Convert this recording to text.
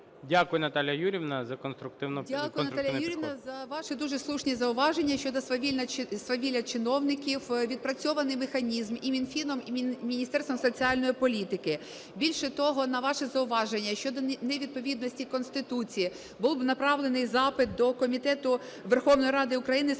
Дякую, Наталія Юріївна, за конструктивний підхід.